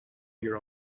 your